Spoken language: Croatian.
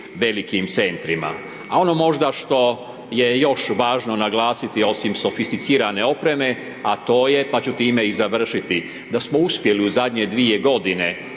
velikim centrima. A ono možda što je još važno naglasiti osim sofisticirane opreme, a to je pa ću time i završiti, da smo uspjeli u zadnje dvije godine